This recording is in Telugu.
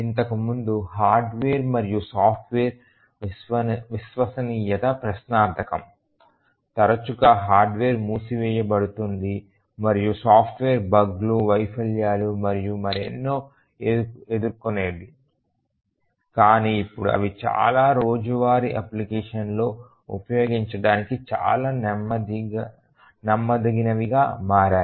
ఇంతకు ముందు హార్డ్వేర్ మరియు సాఫ్ట్వేర్ విశ్వసనీయత ప్రశ్నార్థకం తరచుగా హార్డ్వేర్ మూసివేయబడుతుంది మరియు సాఫ్ట్వేర్ బగ్లు వైఫల్యాలు మరియు మరెన్నో ఎదుర్కొనేది కాని ఇప్పుడు అవి చాలా రోజువారీ అప్లికేషన్లలో ఉపయోగించబడటానికి చాలా నమ్మదగినవిగా మారాయి